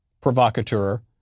provocateur